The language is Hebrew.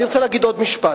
אני רוצה לומר עוד משפט.